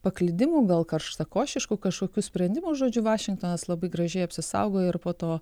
paklydimų gal karštakošiškų kažkokių sprendimų žodžiu vašingtonas labai gražiai apsisaugojo ir po to